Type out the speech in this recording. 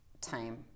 time